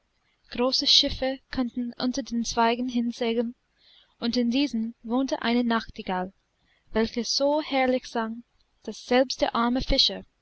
große schiffe konnten unter den zweigen hinsegeln und in diesen wohnte eine nachtigall welche so herrlich sang daß selbst der arme fischer